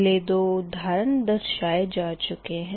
पहले दो उदाहरण दर्शाए जा चुके है